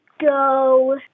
go